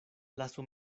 lasu